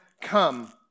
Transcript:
come